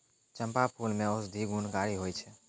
चंपा फूल मे औषधि गुणकारी होय छै